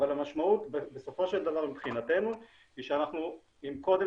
אבל המשמעות בסופו של דבר מבחינתנו היא שאם קודם